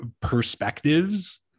perspectives